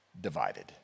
divided